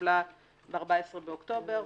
שהתקבלה ב-14 באוקטובר,